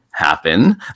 happen